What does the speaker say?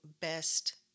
best